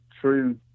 true